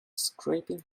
scraping